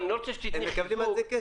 הם מקבלים על זה כסף.